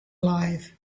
alive